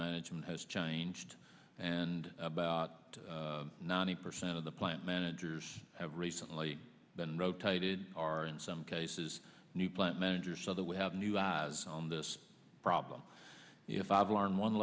management has changed and about ninety percent of the plant managers have recently been rotated are in some cases new plant manager so that we have new eyes on this problem if i've learned one